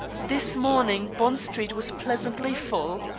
this morning bond street was pleasantly full.